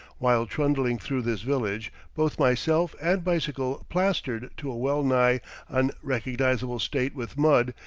while trundling through this village, both myself and bicycle plastered to a well-nigh unrecognizable state with mud,